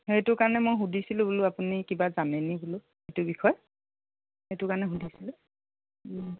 সেইটো কাৰণে মই সুধিছিলোঁ বোলো আপুনি কিবা জানেনি বোলো সেইটোৰ বিষয়ে সেইটো কাৰণে সুধিছিলোঁ ওম